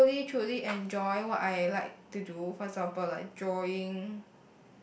truly truly enjoy what I like to do for example like drawing